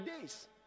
days